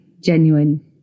genuine